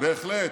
בהחלט.